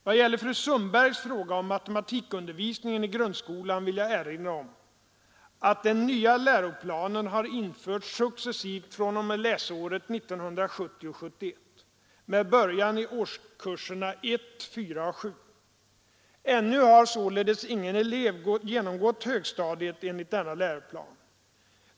Vad gäller fru Sundbergs fråga om matematikundervisningen i grundskolan vill jag erinra om att den nya läroplanen har införts successivt fr.o.m. läsåret 1970/71 med början i årskurserna 1, 4 och 7. Ännu har således ingen elev genomgått högstadiet enligt denna läroplan.